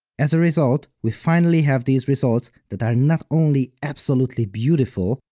as a result, we finally have these results that are not only absolutely beautiful,